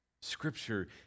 Scripture